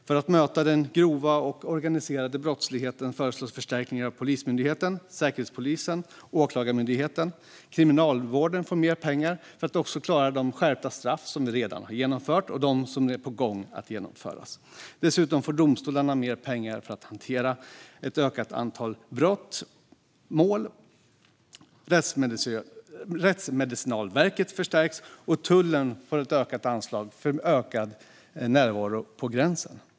För att möta den grova och organiserade brottsligheten föreslås förstärkningar av Polismyndigheten, Säkerhetspolisen och Åklagarmyndigheten. Kriminalvården får mer pengar för att klara de skärpta straff som vi redan har genomfört och som är på gång att genomföras. Dessutom får domstolarna mer pengar för att hantera det ökade antalet mål. Rättsmedicinalverket förstärks, och tullen får ett ökat anslag för ökad närvaro vid gränsen.